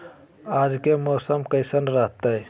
आज के मौसम कैसन रहताई?